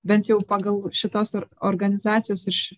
bent jau pagal šitos or organizacijos iš